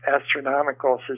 Astronomical